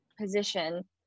position